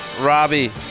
Robbie